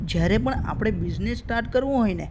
જ્યારે પણ આપણે બિઝનેસ સ્ટાર્ટ કરવો હોય ને